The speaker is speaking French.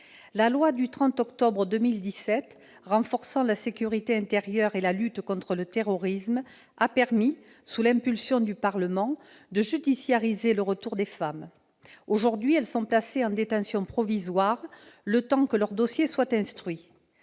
La loi du 30 octobre 2017 renforçant la sécurité intérieure et la lutte contre le terrorisme a permis, sous l'impulsion du Parlement, de « judiciariser » le retour des femmes. Aujourd'hui, elles sont placées en détention provisoire, le temps que leur dossier soit instruit.